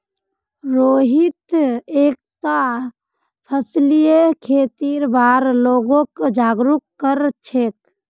मोहित एकता फसलीय खेतीर बार लोगक जागरूक कर छेक